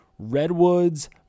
Redwoods